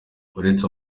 uretse